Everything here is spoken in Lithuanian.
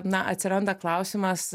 na atsiranda klausimas